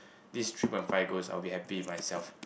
this three point five goal I will get happy in myself